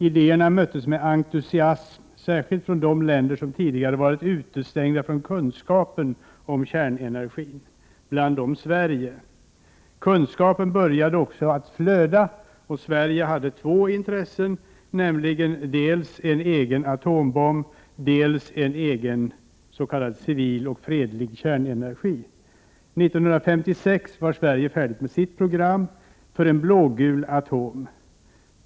Idéerna möttes med entusiasm, särskilt från de länder som tidigare hade varit utestängda från kunskapen om kärnenergin — bl.a. Sverige. Kunskaperna började också att flöda. Sverige hade två intressen. Det gällde då dels en egen atombomb, dels en egen s.k. civil, fredlig, kärnenergi. 1956 var Sverige färdigt med sitt program för en blågul atom.